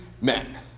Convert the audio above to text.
men